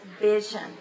vision